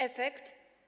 Efekt?